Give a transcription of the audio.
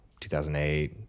2008